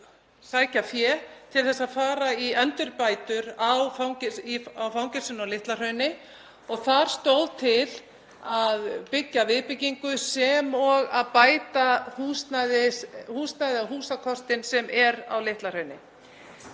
sækja fé til að fara í endurbætur á fangelsinu á Litla-Hrauni og þar stóð til að byggja viðbyggingu sem og að bæta húsakostinn sem er á Litla-Hrauni.